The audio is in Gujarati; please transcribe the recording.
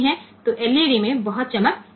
તેથી LED ખૂબ તેજસ્વી રીતે ઝગમગતી ન હોઈ શકે